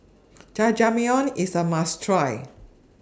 Jajangmyeon IS A must Try